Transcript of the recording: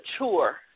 mature